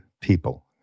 people